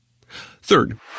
Third